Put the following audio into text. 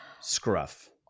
scruff